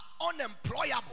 unemployable